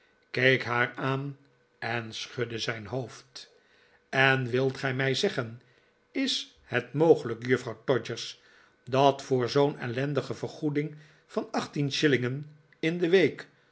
keek haar aan en schudde zijn hoofd en wilt gij mij zeggen is het mogelijk juffrouw todgers dat voor zoo'n ellendige vergoeding van achttien shillingen in de week